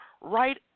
right